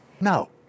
no